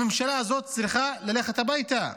הממשלה הזאת צריכה ללכת הביתה.